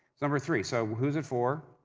number three, so who's it for?